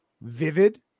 vivid